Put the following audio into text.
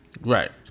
Right